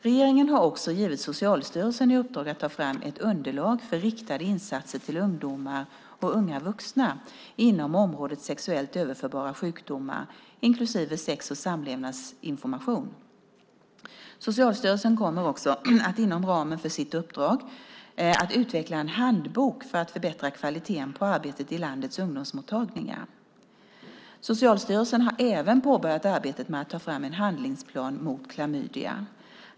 Regeringen har också gett Socialstyrelsen i uppdrag att ta fram ett underlag för riktade insatser till ungdomar och unga vuxna inom området sexuellt överförbara sjukdomar inklusive sex och samlevnadsinformation. Socialstyrelsen kommer också inom ramen för sitt uppdrag att bland annat utveckla en handbok för att förbättra kvaliteten på arbetet vid landets ungdomsmottagningar. Socialstyrelsen har även påbörjat arbetet med att ta fram en handlingsplan mot klamydia.